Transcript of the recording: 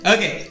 Okay